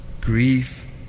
grief